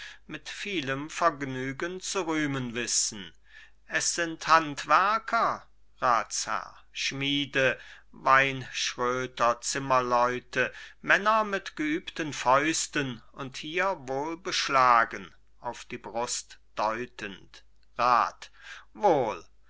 mit vielem vergnügen zu rühmen wissen es sind handwerker ratsherr schmiede weinschröter zimmerleute männer mit geübten fäusten und hier wohl beschlagen auf die brust deutend rat wohl